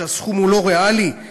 שהסכום הוא לא ריאלי;